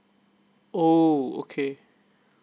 oh okay